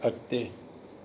अॻिते